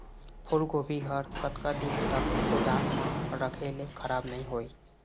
फूलगोभी हर कतका दिन तक गोदाम म रखे ले खराब नई होय?